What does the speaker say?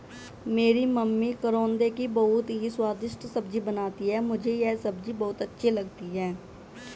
मेरी मम्मी करौंदे की बहुत ही स्वादिष्ट सब्जी बनाती हैं मुझे यह सब्जी बहुत अच्छी लगती है